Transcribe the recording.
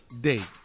date